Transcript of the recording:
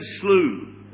slew